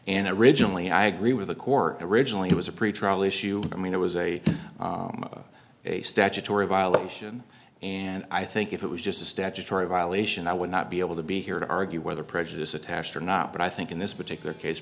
and originally i agree with the core originally it was a pretrial issue i mean it was a a statutory violation and i think if it was just a statutory violation i would not be able to be here to argue whether prejudice attached or not but i think in this particular case